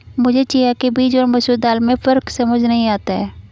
मुझे चिया के बीज और मसूर दाल में फ़र्क समझ नही आता है